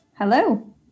Hello